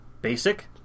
basic